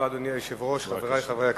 אדוני היושב-ראש, תודה רבה, חברי חברי הכנסת,